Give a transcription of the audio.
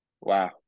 Wow